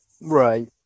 Right